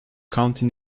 county